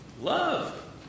Love